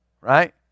Right